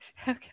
okay